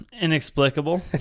Inexplicable